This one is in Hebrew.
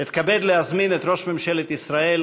אתכבד להזמין את ראש ממשלת ישראל,